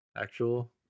actual